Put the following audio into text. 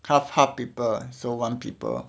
看 pulp paper so one people